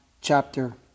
chapter